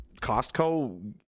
Costco